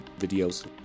videos